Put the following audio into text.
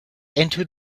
into